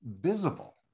visible